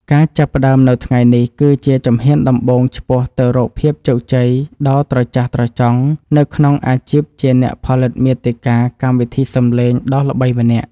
ការចាប់ផ្តើមនៅថ្ងៃនេះគឺជាជំហានដំបូងឆ្ពោះទៅរកភាពជោគជ័យដ៏ត្រចះត្រចង់នៅក្នុងអាជីពជាអ្នកផលិតមាតិកាកម្មវិធីសំឡេងដ៏ល្បីម្នាក់។